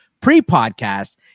pre-podcast